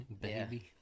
baby